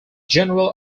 general